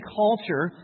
culture